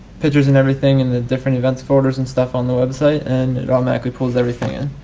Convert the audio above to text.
pictures and everything in the different events folders and stuff on the website and it automatically pulls everything in.